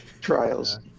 trials